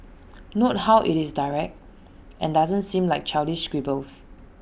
note how IT is direct and doesn't seem like childish scribbles